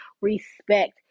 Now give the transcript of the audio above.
Respect